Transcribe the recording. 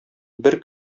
бер